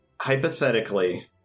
Hypothetically